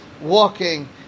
walking